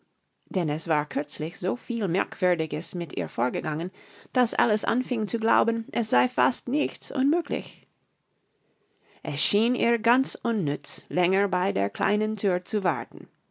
denn es war kürzlich so viel merkwürdiges mit ihr vorgegangen daß alice anfing zu glauben es sei fast nichts unmöglich es schien ihr ganz unnütz länger bei der kleinen thür zu warten